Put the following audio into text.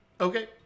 okay